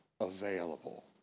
Available